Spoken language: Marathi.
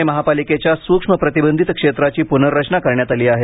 पुणे महापालिकेच्या स्रक्ष्म प्रतिबंधित क्षेत्राची पुनर्रचना करण्यात आली आहे